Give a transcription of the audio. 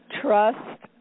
Trust